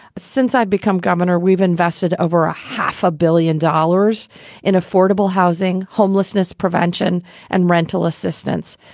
since i've become governor, we've invested over a half a billion dollars in affordable housing, homelessness prevention and rental assistance.